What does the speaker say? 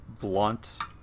blunt